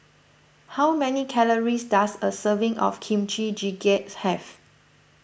how many calories does a serving of Kimchi Jjigae have